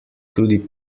tudi